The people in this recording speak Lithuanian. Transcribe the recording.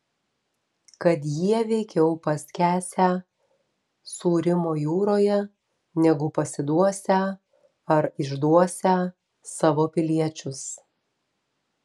kad jie veikiau paskęsią sūrymo jūroje negu pasiduosią ar išduosią savo piliečius